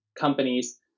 companies